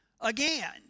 again